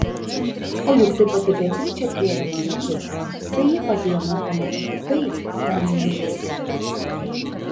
o juk tai pati beatričė atvėrė man akis tai ji padėjo man pamatyti tai ko neįžvelgiau